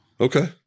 Okay